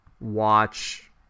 watch